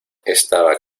estaba